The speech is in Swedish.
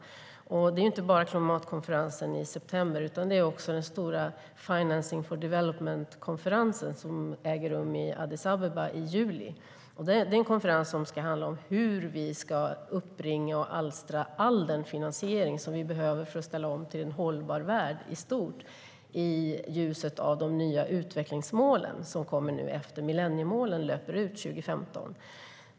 Det gäller inte bara klimatkonferensen i september utan även Financing for Development-konferensen, som äger rum i Addis Abeba i juli. Det är en konferens som ska handla om hur vi ska uppbringa och alstra all den finansiering vi behöver för att ställa om till en hållbar värld i stort, i ljuset av de nya utvecklingsmål som kommer nu efter att millenniemålen löper ut 2015.